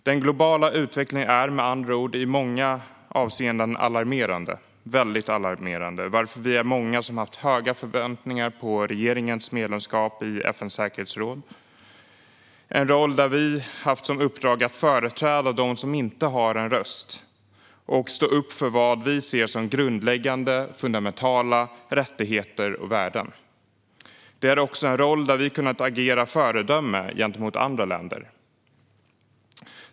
Den globala utvecklingen är med andra ord i många avseenden alarmerande, väldigt alarmerande, varför vi är många som har haft höga förväntningar på regeringens medlemskap i FN:s säkerhetsråd - en roll där vi har haft som uppdrag att företräda dem som inte har en röst och stå upp för vad vi ser som grundläggande, fundamentala rättigheter och värden. Det är också en roll där vi har kunnat agera föredöme gentemot andra länder.